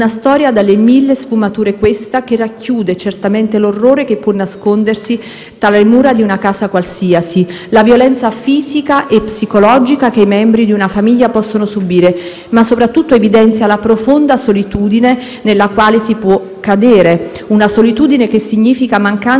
tra le mura di una casa qualsiasi, la violenza fisica e psicologica che i membri di una famiglia possono subire. Ma soprattutto essa evidenzia la profonda solitudine nella quale si può cadere; una solitudine che significa mancanza di attenzione dall'esterno, da chi ci guarda; mancanza di cura e di quel senso di comunità